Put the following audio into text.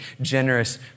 generous